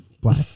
black